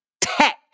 tech